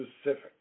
specific